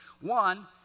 One